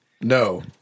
No